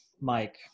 Mike